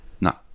No